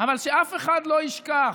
אבל שאף אחד לא ישכח